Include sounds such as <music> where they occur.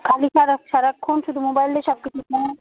খালি সারা সারাক্ষণ শুধু মোবাইল দিয়ে সব কিছু <unintelligible>